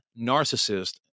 narcissist